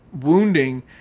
wounding